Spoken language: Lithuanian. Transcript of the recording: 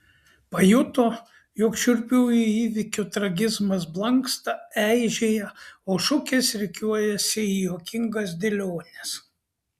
pajuto jog šiurpiųjų įvykių tragizmas blanksta eižėja o šukės rikiuojasi į juokingas dėliones